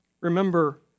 Remember